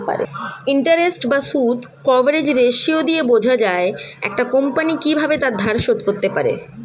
interest বা সুদ coverage ratio দিয়ে বোঝা যায় একটা কোম্পানি কিভাবে তার ধার শোধ করতে পারে